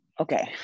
okay